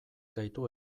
gaitu